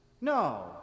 No